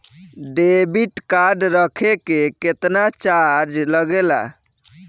Debit card रखे के केतना चार्ज लगेला?